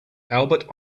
albert